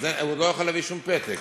אז הוא לא יכול להביא שום פתק.